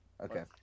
Okay